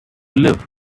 live